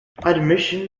admission